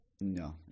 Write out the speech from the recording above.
No